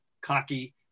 cocky